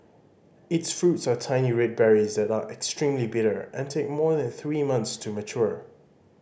its fruits are tiny red berries that are extremely bitter and take more than three months to mature